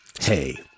hey